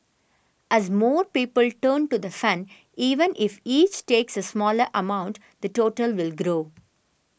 as more people turn to the fund even if each takes a smaller amount the total will grow